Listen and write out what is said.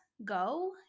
go